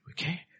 Okay